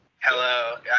hello